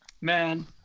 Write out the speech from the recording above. man